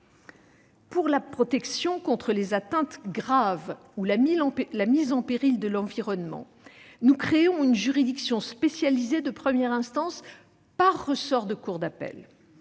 Pour la protection contre les atteintes graves ou la mise en péril de l'environnement, nous créons une juridiction spécialisée de première instance par ressort de cour d'appel.